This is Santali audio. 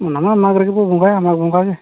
ᱚᱱᱟ ᱢᱟ ᱢᱟᱜᱽ ᱨᱮᱜᱮ ᱵᱚᱱ ᱵᱚᱸᱜᱟᱭᱟ ᱢᱟᱜᱽ ᱵᱚᱸᱜᱟ ᱜᱮ